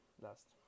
last